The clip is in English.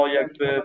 jakby